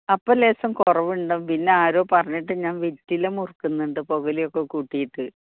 അപ്പോൾ ലേശം കുറവുണ്ടാകും പിന്നെ ആരോ പറഞ്ഞിട്ട് ഞാൻ വെറ്റില മുറുക്കുന്നുണ്ട് പുകയിലയൊക്കെ കൂട്ടിയിട്ട്